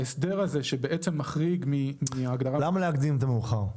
האסדר הזה שבעצם מחריג מההגדרה -- למה להקדים את המאוחר?